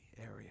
area